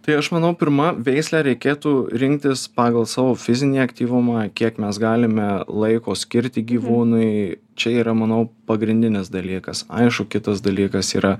tai aš manau pirma veislę reikėtų rinktis pagal savo fizinį aktyvumą kiek mes galime laiko skirti gyvūnui čia yra manau pagrindinis dalykas aišku kitas dalykas yra